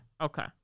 okay